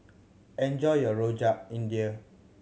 enjoy your Rojak India